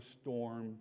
storm